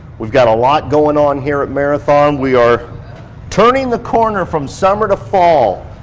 we've got a lot going on here at marathon. we are turning the corner from summer to fall.